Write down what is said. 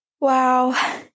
Wow